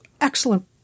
excellent